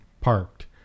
parked